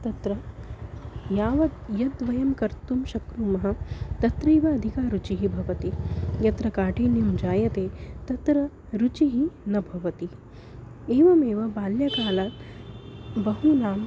तत्र यावत् यद्वयं कर्तुं शक्नुमः तत्रैव अधिका रुचिः भवति यत्र काठिन्यं जायते तत्र रुचिः न भवति एवमेव बाल्यात् कालात् बहूनां